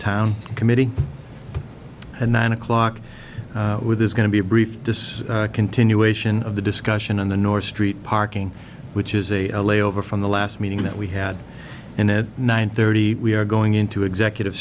town committee and nine o'clock with this going to be a brief discussion continuation of the discussion on the north street parking which is a layover from the last meeting that we had in at nine thirty we are going into executive